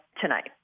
tonight